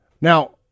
Now